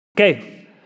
Okay